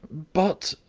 but,